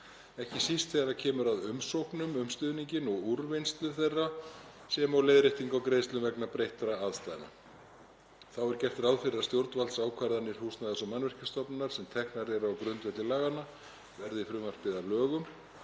ekki síst þegar kemur að umsóknum um stuðninginn og úrvinnslu þeirra sem og leiðréttingu á greiðslum vegna breyttra aðstæðna. Þá er gert ráð fyrir að stjórnvaldsákvarðanir Húsnæðis- og mannvirkjastofnunar, sem teknar eru á grundvelli laganna, verði frumvarpið að lögum,